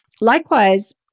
Likewise